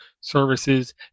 services